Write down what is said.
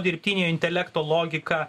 dirbtinio intelekto logiką